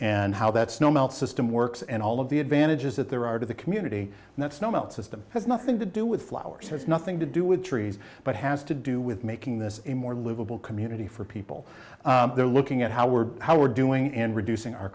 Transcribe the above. and how that snow melt system works and all of the advantages that there are to the community and that snow melt system has nothing to do with flowers has nothing to do with trees but has to do with making this a more livable community for people there looking at how we're how we're doing in reducing our